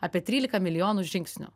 apie trylika milijonų žingsnių